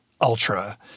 Ultra